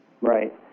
Right